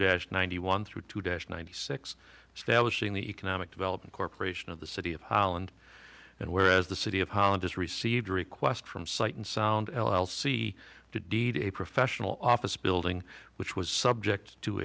dash ninety one through to dash ninety six establishing the economic development corporation of the city of holland and whereas the city of holland has received a request from sight and sound l l c to deed a professional office building which was subject to